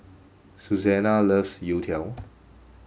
Susanna loves Youtiao